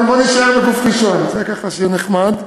בוא נישאר בגוף ראשון, ככה, שיהיה נחמד.